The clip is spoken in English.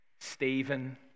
Stephen